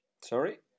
Sorry